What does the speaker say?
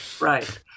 Right